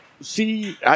See